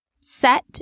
Set